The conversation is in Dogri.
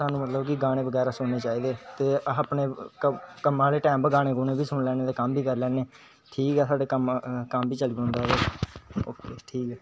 सानू मतलब कि गाने बगैरा सुनने चाहिदे ते अस अपने कम्मा आहले टाइम उपर गाने बी सुनी लेने ते कम्म बी करी लेने ठीक ऐ साडा कम्म बी चली पोंदा ऐ ओ को ठीक ऐ